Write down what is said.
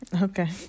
okay